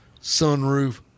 Sunroof